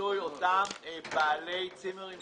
ולפיצוי אותם בעלי צימרים